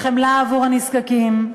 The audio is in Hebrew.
לחמלה לנזקקים,